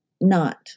not-